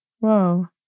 Wow